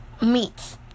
meats